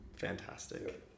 fantastic